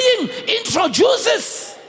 introduces